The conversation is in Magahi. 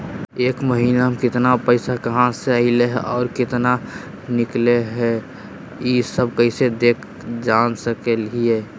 एक महीना में केतना पैसा कहा से अयले है और केतना निकले हैं, ई सब कैसे देख जान सको हियय?